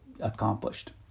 accomplished